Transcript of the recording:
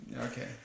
Okay